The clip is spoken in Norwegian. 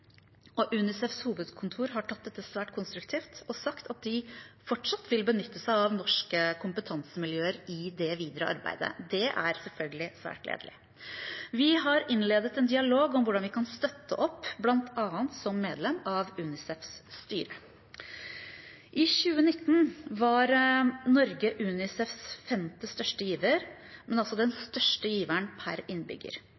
og UNICEFs hovedkontor har tatt dette svært konstruktivt og sagt at de fortsatt vil benytte seg av norske kompetansemiljøer i det videre arbeidet. Det er selvfølgelig svært gledelig. Vi har innledet en dialog om hvordan vi kan støtte opp, bl.a. som medlem av UNICEFs styre. I 2019 var Norge UNICEFs femte største giver, men